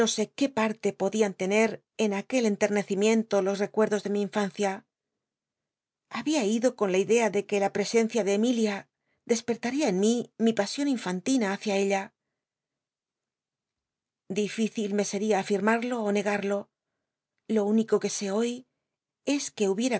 qué parte podian tener en aquel entemecimiento los recuerdos de mi infancia babia ido con la idea de que la presencia de emitía despert ll'ia en mi mi pasion infan tina hácia ella dificil me seria afil'marlo ó negado lo único que só hoy es que